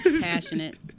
Passionate